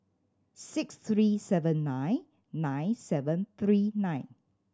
six three seven nine nine seven three nine